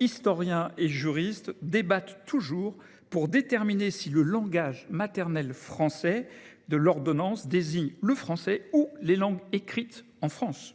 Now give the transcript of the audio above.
Historiens et juristes débattent toujours pour déterminer si le « langage maternel français » de l’ordonnance désigne le français ou les langues écrites en France.